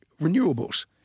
renewables